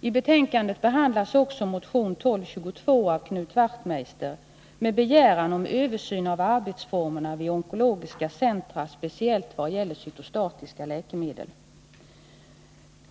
I betänkandet behandlas också motion 1222 av Knut Wachtmeister med begäran om översyn av arbetsformerna vid onkologiska centra, speciellt vad gäller cytostatiska läkemedel.